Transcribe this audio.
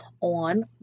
on